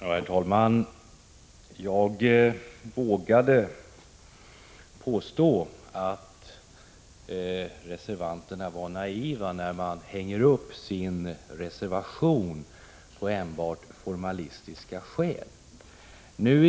Herr talman! Jag vågade påstå att reservanterna var naiva när de hängde upp sin reservation på enbart formalistiska skäl.